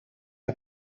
are